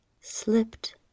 slipped